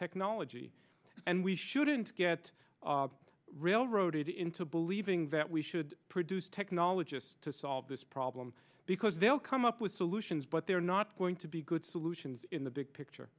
technology and we shouldn't get railroaded into believing that we should produce technologists to solve this problem because they'll come up with solutions but they're not going to be good solutions in the big picture